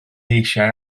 eisiau